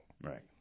Right